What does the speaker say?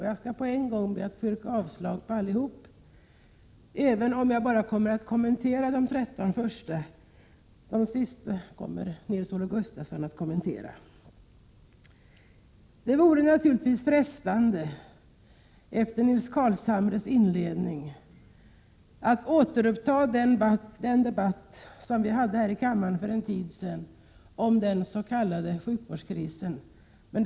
Jag skall på en gång be att få yrka avslag på alla, även om jag endast kommer att kommentera de 13 första; de övriga kommer Nils-Olof Gustafsson att ta upp. Det vore naturligtvis frestande efter Nils Carlshamres inledning att återuppta en debatt om den s.k. sjukvårdskrisen — vi hade en sådan debatt häri kammaren för en tid sedan.